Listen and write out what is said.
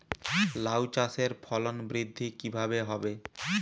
লাউ চাষের ফলন বৃদ্ধি কিভাবে হবে?